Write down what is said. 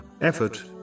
effort